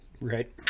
Right